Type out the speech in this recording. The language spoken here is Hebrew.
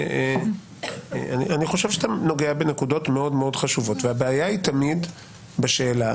אני חושב שאתה נוגע בנקודות מאוד מאוד חשובות והבעיה היא תמיד בשאלה